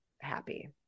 happy